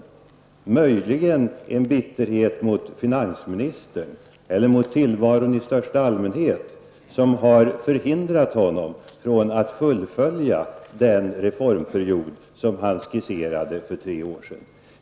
Möjligen är det en bitterhet mot finansministern eller mot tillvaron i största allmänhet, som har hindrat honom från att fullfölja den reformperiod som han utlovade för tre år sedan.